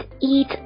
eat